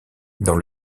dans